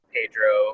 Pedro